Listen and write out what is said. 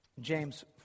James